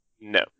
No